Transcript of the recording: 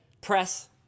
press